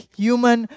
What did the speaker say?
human